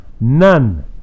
None